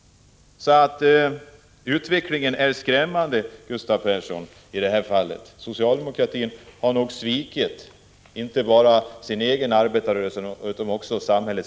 Utvecklingen på detta område är skrämmande, Gustav Persson. Socialdemokratin har nog svikit inte bara arbetarrörelsen utan även kvinnorna i samhället.